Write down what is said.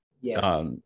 Yes